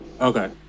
Okay